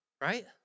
right